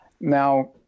Now